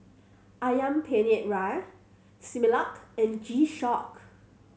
Ayam Penyet Ria Similac and G Shock